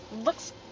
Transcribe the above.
looks